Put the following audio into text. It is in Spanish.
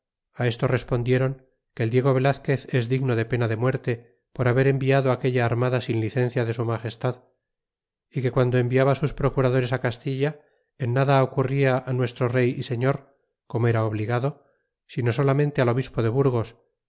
costa esto respondiéron que el diego velazquez es digno de pena de muerte por haber enviado aquella armada sin licencia de su afagestad y que guando enviaba sus procuradores castilla en nada ocurria nuestro rey y señor como era obligado sino solamente al obispo de burgos